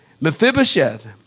Mephibosheth